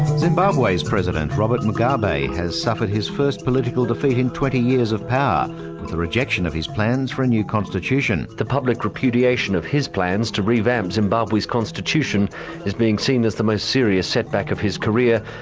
zimbabwe's president, robert mugabe has suffered his first political defeat in twenty years of power of the rejection of his plans for a new constitution. the public repudiation of his plans to revamp zimbabwe's constitution is being seen as the most serious setback of his career,